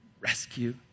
rescue